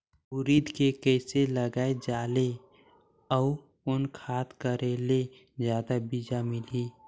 उरीद के कइसे लगाय जाले अउ कोन खाद कर करेले जादा बीजा मिलही?